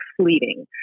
fleeting